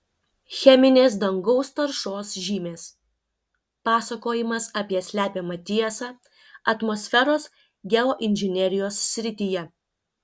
cheminės dangaus taršos žymės pasakojimas apie slepiamą tiesą atmosferos geoinžinerijos srityje